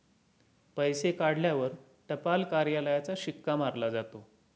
पैसे काढल्यावर टपाल कार्यालयाचा शिक्का मारला जातो